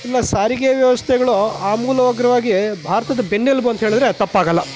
ಇಲ್ಲ ಸಾರಿಗೆ ವ್ಯವಸ್ಥೆಗಳು ಆ ಮೂಲವಗ್ರವಾಗಿ ಭಾರತದ ಬೆನ್ನೆಲುಬು ಅಂತ ಹೇಳಿದರೆ ಅದು ತಪ್ಪಾಗಲ್ಲ